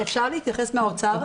אפשר להתייחס מהאוצר?